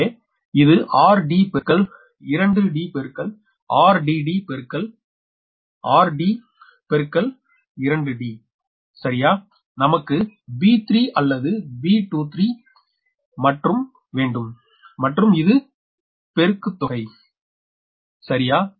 எனவே இது r d பெருக்கல் 2d பெருக்கல் r d d பெருக்கல் r d பெருக்கல் 2 d சரியா நமக்கு b3 அல்லது b23 வேண்டும் மற்றும் இது பெருக்குத்தொகை சரியா